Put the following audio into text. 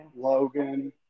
Logan